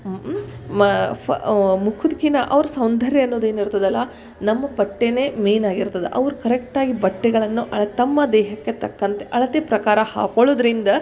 ಹ್ಞೂ ಹ್ಞೂ ಮ ಫ ಮುಖದ್ಕಿನ್ನ ಅವ್ರ ಸೌಂದರ್ಯ ಅನ್ನೋದು ಏನು ಇರ್ತದಲ್ಲ ನಮ್ಮ ಬಟ್ಟೆಯೇ ಮೇಯ್ನ್ ಆಗಿರ್ತದೆ ಅವ್ರು ಕರೆಕ್ಟಾಗಿ ಬಟ್ಟೆಗಳನ್ನು ಅಳ ತಮ್ಮ ದೇಹಕ್ಕೆ ತಕ್ಕಂತೆ ಅಳತೆ ಪ್ರಕಾರ ಹಾಕ್ಕೊಳ್ಳುದ್ರಿಂದ